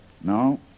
No